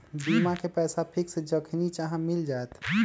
बीमा के पैसा फिक्स जखनि चाहम मिल जाएत?